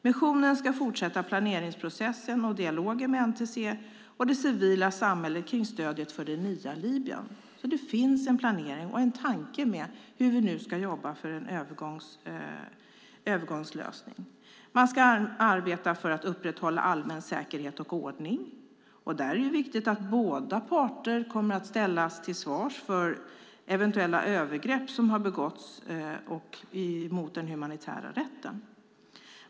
Missionen ska fortsätta planeringsprocessen och dialogen med NTC och det civila samhället kring stödet för det nya Libyen. Det finns alltså en planering och en tanke om hur vi nu ska jobba för en övergångslösning. Man ska arbeta för att upprätthålla allmän säkerhet och ordning. Där är det viktigt att båda parter kommer att ställas till svars för eventuella övergrepp som har begåtts mot den humanitära rätten.